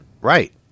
Right